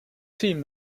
team